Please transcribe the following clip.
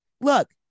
Look